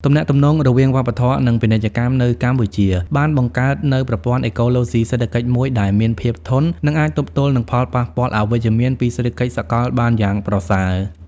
ទំនាក់ទំនងរវាងវប្បធម៌ និងពាណិជ្ជកម្មនៅកម្ពុជា បានបង្កើតនូវប្រព័ន្ធអេកូឡូស៊ីសេដ្ឋកិច្ចមួយដែលមានភាពធន់ និងអាចទប់ទល់នឹងផលប៉ះពាល់អវិជ្ជមានពីសេដ្ឋកិច្ចសកលបានយ៉ាងប្រសើរ។